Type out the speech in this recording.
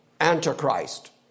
Antichrist